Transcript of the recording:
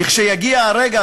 לכשיגיע הרגע,